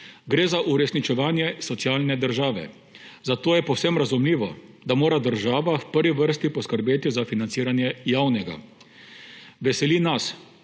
Gre za uresničevanje socialne države, zato je povsem razumljivo, da mora država v prvi vrsti poskrbeti za financiranje javnega. Veseli nas,